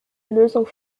lösung